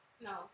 no